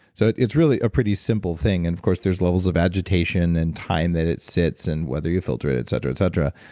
so, it's really a pretty simple thing, and of course there are levels of agitation and time that it sits and whether you filter it etc. etc,